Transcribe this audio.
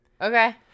Okay